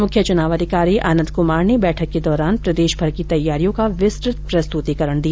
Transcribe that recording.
मुख्य चुनाव अधिकारी आनंद कुमार ने बैठक के दौरान प्रदेश भर की तैयारियों का विस्तृत प्रस्तुतिकरण दिया